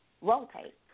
rotate